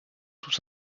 tous